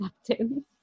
acceptance